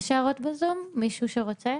בזום, מישהו רוצה?